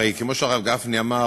הרי כמו שהרב גפני אמר,